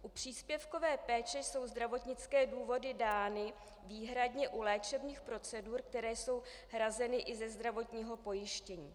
U příspěvkové péče jsou zdravotnické důvody dány výhradně u léčebných procedur, které jsou hrazeny i ze zdravotního pojištění.